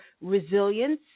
resilience